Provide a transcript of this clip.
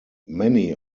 many